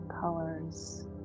colors